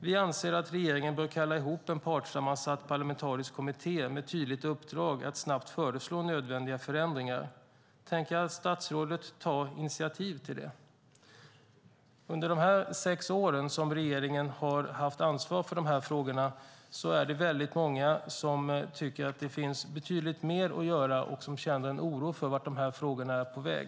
Vi anser att regeringen bör kalla ihop en partssammansatt parlamentarisk kommitté med tydligt uppdrag att snabbt föreslå nödvändiga förändringar. Tänker statsrådet ta initiativ till det? Under de här sex åren som regeringen har haft ansvar för de här frågorna är det många som tyckt att det finns betydligt mer att göra och som känner en oro för vart de här frågorna är på väg.